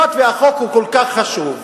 היות שהחוק כל כך חשוב,